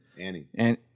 Annie